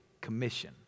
commission